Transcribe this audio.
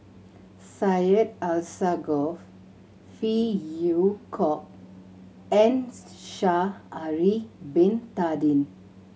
Syed Alsagoff Phey Yew Kok and Sha'ari Bin Tadin